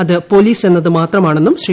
അത് പോലീസ് എന്നത് മാത്രമാണെന്നും ശ്രീ